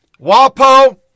WAPO